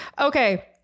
Okay